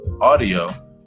audio